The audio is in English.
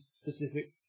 specific